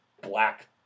black